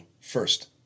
first